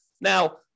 Now